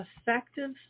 Effective